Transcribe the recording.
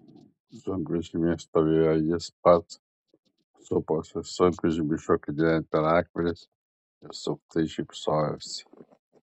sunkvežimyje stovėjo jis pats suposi sunkvežimiui šokinėjant per akmenis ir suktai šypsojosi